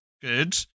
good